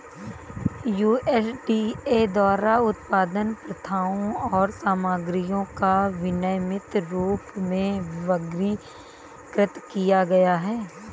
USDA द्वारा उत्पादन प्रथाओं और सामग्रियों को विनियमित रूप में वर्गीकृत किया गया है